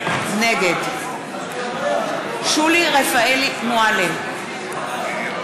נגד שולי מועלם-רפאלי,